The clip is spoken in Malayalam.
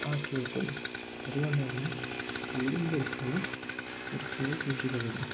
ആക്കി വെക്കുന്നു അതുകൊണ്ട് തന്നെ വീടും പരിസരവും വൃത്തിയായി സൂക്ഷിക്കപ്പെടും